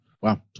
Wow